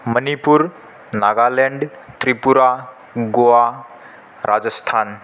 मणिपुरं नागाल्याण्ड् त्रिपुरा गोआ राजस्थानम्